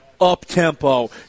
up-tempo